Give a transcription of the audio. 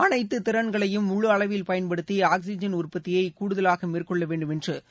அனைத்து திறன்களையும் முழுஅளவில் பயன்படுத்தி ஆக்ஸிஜன் உற்பத்தியை கூடுதலாக மேற்கொள்ள வேண்டும் என்று பிரதமர் திரு